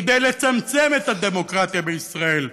כדי לצמצם את הדמוקרטיה בישראל,